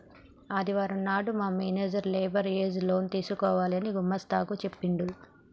ఆదివారం నాడు మా మేనేజర్ లేబర్ ఏజ్ లోన్ తీసుకోవాలని గుమస్తా కు చెప్పిండు